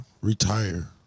Retire